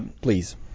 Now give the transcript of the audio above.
Please